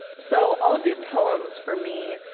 so, all of these poems, for me,